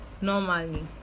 normally